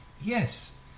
Yes